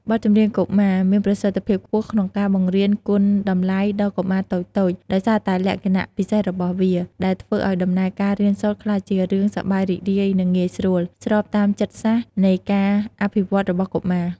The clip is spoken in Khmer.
បទចម្រៀងកុមារមានប្រសិទ្ធភាពខ្ពស់ក្នុងការបង្រៀនគុណតម្លៃដល់កុមារតូចៗ ដោយសារតែលក្ខណៈពិសេសរបស់វា ដែលធ្វើឲ្យដំណើរការរៀនសូត្រក្លាយជារឿងសប្បាយរីករាយ និងងាយស្រួល ស្របតាមចិត្តសាស្ត្រនៃការអភិវឌ្ឍន៍របស់កុមារ។